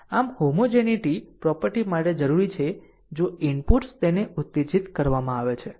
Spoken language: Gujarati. આમ હોમોજેનીટી પ્રોપર્ટી માટે જરૂરી છે કે જો ઇનપુટ્સ તેને ઉત્તેજીત કરવામાં આવે છે